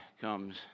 comes